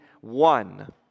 one